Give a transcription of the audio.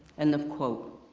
end of quote.